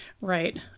Right